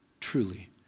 truly